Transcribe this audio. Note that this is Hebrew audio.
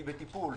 היא בטיפול